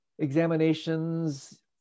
examinations